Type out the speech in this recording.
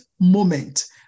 moment